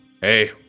Hey